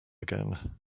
again